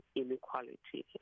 inequality